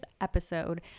episode